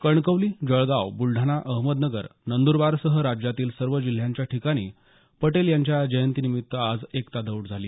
कणकवली जळगाव बुलडाणा अहमदनगर नंद्रबारसह राज्यातील सर्व जिल्ह्यांच्या ठिकाणी पटेल यांच्या जयंतीनिमित्त आज एकता दौड झाली